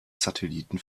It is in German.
satelliten